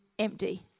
empty